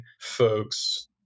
folks